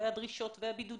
הבידוד